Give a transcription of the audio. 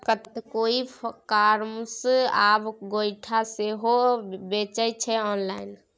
कतेको e commerce आब गोयठा सेहो बेचै छै आँनलाइन